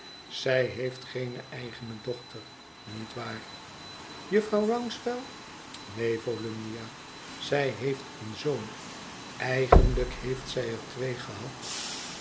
zij heeft geene eigene dochter niet waar jufvrouw rouncewell neen volumnia zij heeft een zoon eigenlijk heeft zij er twee gehad